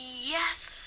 Yes